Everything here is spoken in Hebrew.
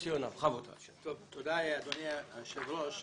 תרשה לי לומר,